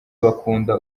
bakunda